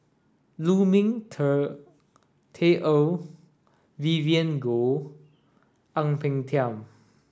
Lu Ming Teh Earl Vivien Goh Ang Peng Tiam